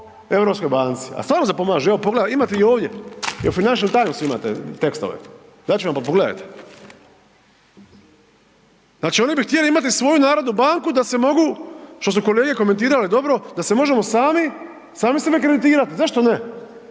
Europskoj banci? A stvarno zapomažu, evo pogledajte, imate i ovdje i …/Govornik se ne razumije/…imate tekstove, ja ću vam pogledat. Znači, oni bi htjeli imati svoju narodnu banku da se mogu, što su kolege komentirale, dobro, da se možemo sami, sami sebe kreditirati. Zašto ne?